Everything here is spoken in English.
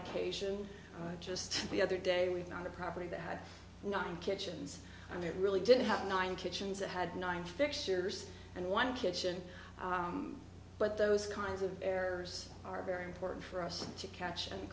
occasion just the other day we found a property that had not been kitchens and it really didn't have nine kitchens it had nine fixtures and one kitchen but those kinds of errors are very important for us to catch and